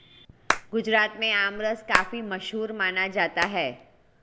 गुजरात में आमरस काफी मशहूर माना जाता है